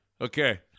Okay